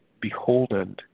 beholden